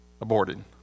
aborted